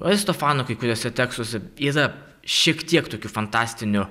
aristofano kai kuriuose tekstuose yra šiek tiek tokių fantastinių